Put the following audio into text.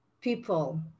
people